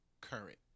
current